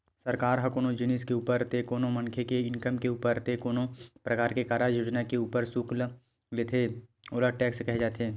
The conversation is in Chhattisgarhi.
सरकार ह कोनो जिनिस के ऊपर ते कोनो मनखे के इनकम के ऊपर ते कोनो परकार के कारज योजना के ऊपर सुल्क लेथे ओला टेक्स केहे जाथे